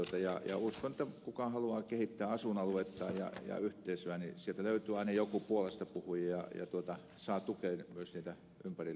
uskon että jos joku haluaa kehittää asuinaluettaan ja yhteisöä niin sieltä löytyy aina joku puolestapuhuja ja saa tukea myös niiltä ympärillä olevilta henkilöiltä